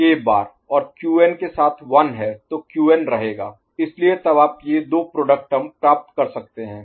तो K बार और Qn के साथ 1 है तो Qn रहेगा इसलिए तब आप ये दो प्रोडक्ट टर्म प्राप्त करते हैं